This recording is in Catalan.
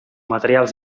materials